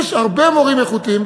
יש הרבה מורים איכותיים,